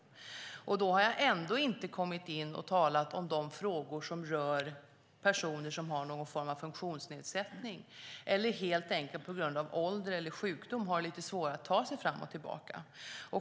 Då har jag ändå inte kommit in på frågor som rör personer som har någon form av funktionsnedsättning eller helt enkelt på grund av ålder eller sjukdom har lite svårare att ta sig fram och tillbaka.